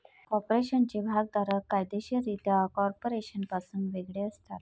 कॉर्पोरेशनचे भागधारक कायदेशीररित्या कॉर्पोरेशनपासून वेगळे असतात